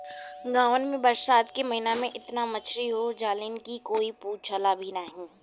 गांवन में बरसात के महिना में एतना मछरी हो जालीन की कोई पूछला भी नाहीं